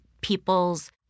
people's